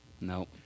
no